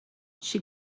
she